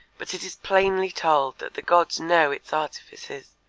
but it is plainly told that the gods know its artifices,